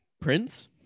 Prince